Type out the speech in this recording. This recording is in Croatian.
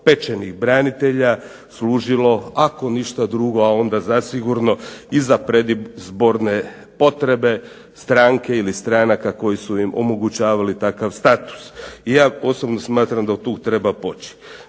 novopečenih branitelja služilo, ako ništa drugo, a onda zasigurno, i za predizborne potrebe stranke ili stranaka koji su im omogućavali takav status. Ja osobno smatram da otud treba poći.